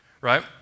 right